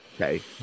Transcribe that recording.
okay